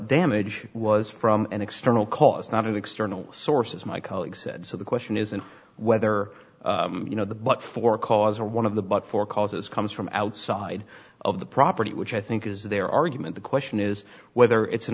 damage was from an external cause not external sources my colleague said so the question isn't whether you know the but for cause or one of the but for causes comes from outside of the property which i think is their argument the question is whether it's an